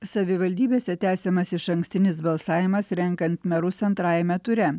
savivaldybėse tęsiamas išankstinis balsavimas renkant merus antrajame ture